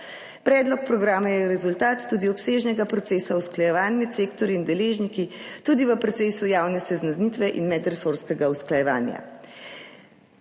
Predlog programa je rezultat tudi obsežnega procesa usklajevanj med sektorji in deležniki, tudi v procesu javne seznanitve in medresorskega usklajevanja.